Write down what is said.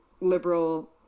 liberal